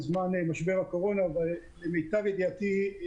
בזמן משבר הקורונה ולמיטב ידיעתי,